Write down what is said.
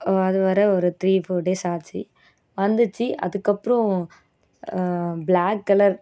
அது வர ஒரு த்ரீ ஃபோர் டேஸ் ஆச்சு வந்துச்சு அதுக்கப்புறம் ப்ளாக் கலர்